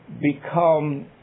become